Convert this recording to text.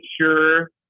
sure